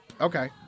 Okay